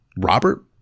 Robert